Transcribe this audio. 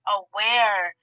aware